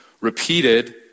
repeated